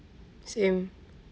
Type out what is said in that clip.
same